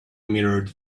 mirrored